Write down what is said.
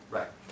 Right